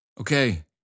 Okay